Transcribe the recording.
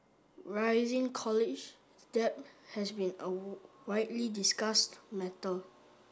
rising college debt has been a widely discussed matter